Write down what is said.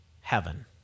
heaven